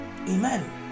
Amen